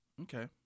Okay